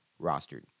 rostered